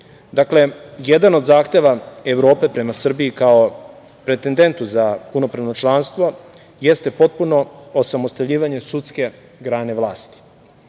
jedan od zahteva Evrope prema Srbiji kao pretendentu za punopravno članstvo jeste potpuno osamostaljivanje sudske grane vlasti. Reforme